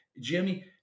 Jimmy